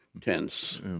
tense